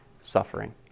suffering